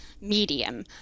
medium